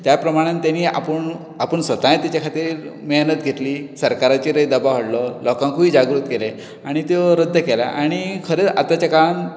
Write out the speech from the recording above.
तेणी आपूण आपूण स्वताय तेच्या खातीर मेहनत घेतली सरकाराचेरूय दबाव हाडलो लोकांकूय जागृत केलें आणी त्यो रद्द केलें आणी खरेंच आतांच्या काळांत